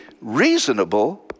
reasonable